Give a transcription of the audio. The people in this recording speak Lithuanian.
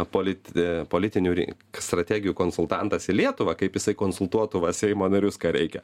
polit politinių rink strategijų konsultantas į lietuvą kaip jisai konsultuotų va seimo narius ką reikia